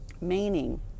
meaning